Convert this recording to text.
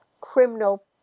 criminal